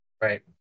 right